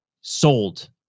sold